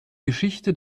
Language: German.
geschichte